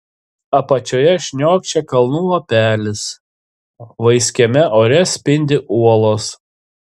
apačioje šniokščia kalnų upelis vaiskiame ore spindi uolos